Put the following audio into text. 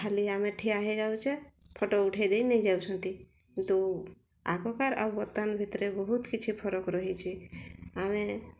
ଖାଲି ଆମେ ଠିଆ ହୋଇଯାଉଛେ ଫଟୋ ଉଠାଇ ଦେଇ ଯାଉଛନ୍ତି କିନ୍ତୁ ଆଗକାର ଆଉ ବର୍ତ୍ତମାନ ଭିତରେ ବହୁତ କିଛି ଫରକ ରହିଛି ଆମେ